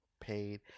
paid –